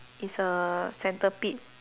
is a centipede